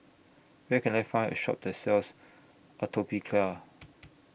Where Can I Find A Shop that sells Atopiclair